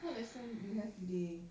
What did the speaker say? what lesson you have today